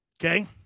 Okay